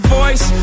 voice